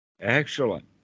Excellent